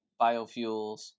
biofuels